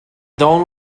don’t